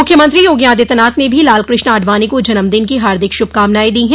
मुख्यमंत्री योगी आदित्यनाथ ने भी लालकृष्ण आडवाणी को जन्मदिन हार्दिक शुभकामनाएं दी है